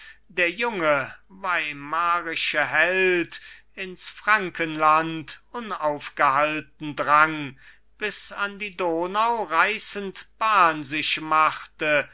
der junge weimarische held ins frankenland unaufgehalten drang bis an die donau reißend bahn sich machte